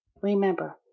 Remember